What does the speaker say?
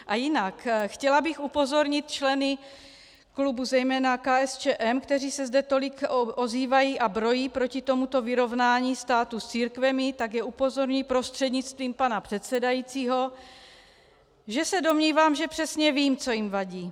A jinak chtěla bych upozornit členy klubu zejména KSČM, kteří se zde tolik ozývají a brojí proti tomuto vyrovnání státu s církvemi, tak je upozorňuji prostřednictvím pana předsedajícího, že se domnívám, že přesně vím, co jim vadí.